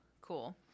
Cool